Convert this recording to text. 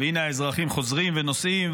והינה האזרחים חוזרים ונוסעים,